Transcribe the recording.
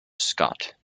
scott